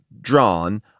drawn